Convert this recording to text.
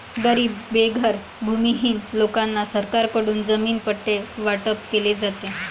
गरीब बेघर भूमिहीन लोकांना सरकारकडून जमीन पट्टे वाटप केले जाते